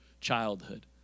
childhood